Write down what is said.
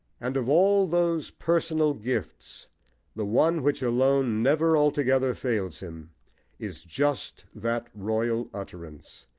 and of all those personal gifts the one which alone never altogether fails him is just that royal utterance,